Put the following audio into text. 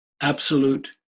absolute